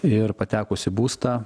ir patekus į būstą